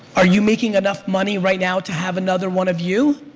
are you making enough money right now to have another one of you?